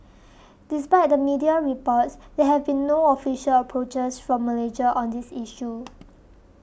despite the media reports there have been no official approaches from Malaysia on this issue